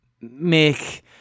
make